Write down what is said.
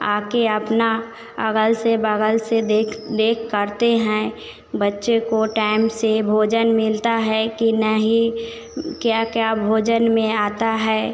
आ कर अपना अगल से बगल से देख रेख करते हैं बच्चे को टाइम से भोजन मिलता है कि नहीं क्या क्या भोजन में आता है